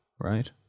right